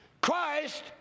Christ